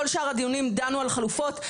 בכל שאר הדיונים דנו על חלופות,